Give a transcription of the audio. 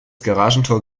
garagentor